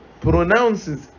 pronounces